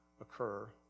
occur